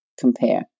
compare